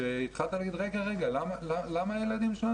התחילו לומר,